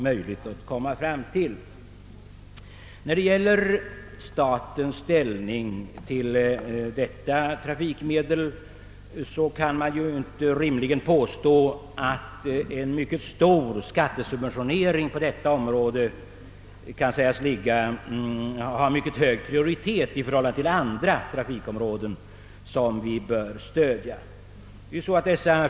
Beträffande statens ställning till detta trafikmedel kan man inte rimligen påstå att en mycket stor skattesubventionering har hög prioritet i förhållande till andra trafikområden.